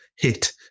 hit